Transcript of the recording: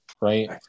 right